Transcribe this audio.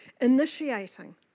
initiating